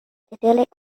idyllic